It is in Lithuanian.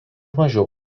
mažiau